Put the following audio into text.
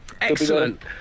excellent